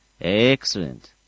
Excellent